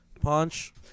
Punch